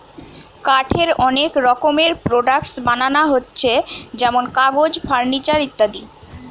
কাঠের অনেক রকমের প্রোডাক্টস বানানা হচ্ছে যেমন কাগজ, ফার্নিচার ইত্যাদি